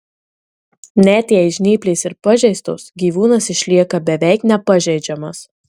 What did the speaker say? net jei žnyplės ir pažeistos gyvūnas išlieka beveik nepažeidžiamas